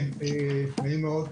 נעים מאוד.